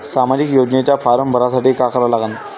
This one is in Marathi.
सामाजिक योजनेचा फारम भरासाठी का करा लागन?